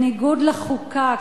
בניגוד לחוקה,